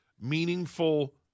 meaningful